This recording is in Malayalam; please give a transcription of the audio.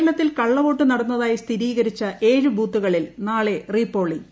കേരളത്തിൽ കള്ളവോട്ട് നടന്നതാറിയി സ്ഥിരീകരിച്ച ഏഴ് ബൂത്തുകളിൽ നാളെ റീ പ്പോളിംഗ്